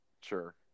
Sure